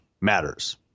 matters